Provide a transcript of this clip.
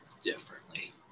differently